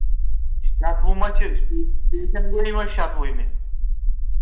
شَتوُہ ما چھُ پیشَن گوٚویی مہ چھِ شَتوُہمہِ